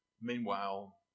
Meanwhile